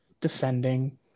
defending